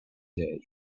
day